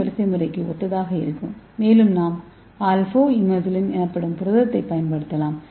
ஏ வரிசைமுறைக்கு ஒத்ததாக இருக்கும் மேலும் நாம் α ஹீமோலிசின் எனப்படும் புரதத்தைப் பயன்படுத்தலாம்